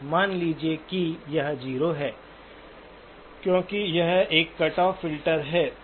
मान लीजिए कि यह 0 है क्योंकि यह एक कट ऑफ फिल्टर है